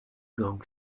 gang